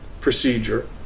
procedure